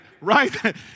right